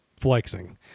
flexing